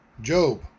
Job